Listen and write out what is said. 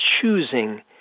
choosing